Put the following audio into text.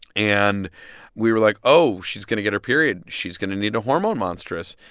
and we were like, oh, she's going to get her period. she's going to need a hormone monstress.